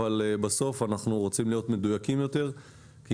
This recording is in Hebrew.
אבל בסוף אנחנו רוצים להיות מדויקים יותר כי